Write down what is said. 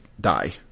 die